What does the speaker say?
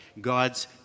God's